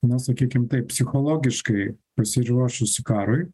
na sakykim taip psichologiškai pasiruošusi karui